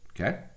okay